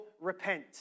repent